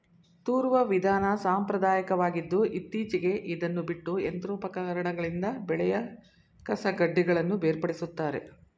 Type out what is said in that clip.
ತೂರುವ ವಿಧಾನ ಸಾಂಪ್ರದಾಯಕವಾಗಿದ್ದು ಇತ್ತೀಚೆಗೆ ಇದನ್ನು ಬಿಟ್ಟು ಯಂತ್ರೋಪಕರಣಗಳಿಂದ ಬೆಳೆಯ ಕಸಕಡ್ಡಿಗಳನ್ನು ಬೇರ್ಪಡಿಸುತ್ತಾರೆ